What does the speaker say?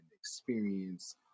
experience